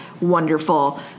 wonderful